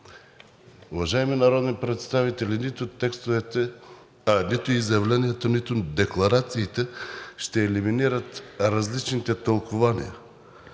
Уважаеми народни представители, нито изявленията, нито декларациите ще елиминират различните тълкувания.